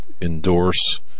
endorse